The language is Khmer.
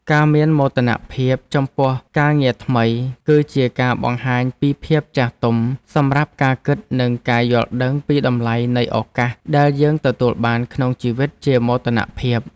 ការមានមោទនភាពចំពោះការងារថ្មីគឺជាការបង្ហាញពីភាពចាស់ទុំសម្រាប់ការគិតនិងការយល់ដឹងពីតម្លៃនៃឱកាសដែលយើងទទួលបានក្នុងជីវិតជាមោទនភាព។